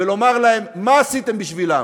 ולומר להם מה עשיתם בשבילם.